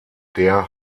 der